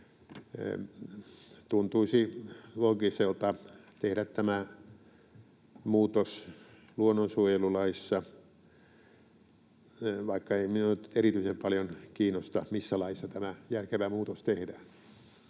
Tuntuisi loogiselta tehdä tämä muutos luonnonsuojelulaissa, vaikka ei minua nyt erityisen paljon kiinnosta, missä laissa tämä järkevä muutos tehdään.